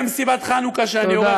חברים, שיהיה לכולנו חנוכה שמח.